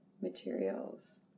materials